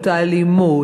האלימות,